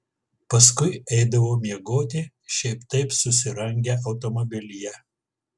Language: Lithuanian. paskui eidavo miegoti šiaip taip susirangę automobilyje